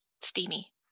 steamy